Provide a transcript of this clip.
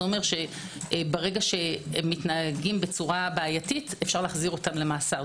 אומר שברגע שמתנהגים בצורה בעייתית אפשר להחזירם למאסר.